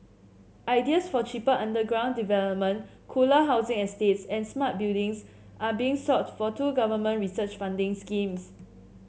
ideas for cheaper underground development cooler housing estates and smart buildings are being sought for two government research funding schemes